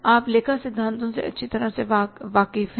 आप लेखा सिद्धांतों से अच्छी तरह वाक़िफ़ हैं